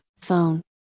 phone